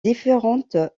différentes